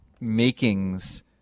makings